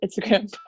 Instagram